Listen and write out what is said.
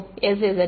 மாணவர் sz